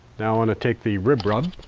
now i want to take the rib rub.